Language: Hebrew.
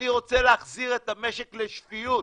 אני רוצה להחזיר את המשק לשפיות.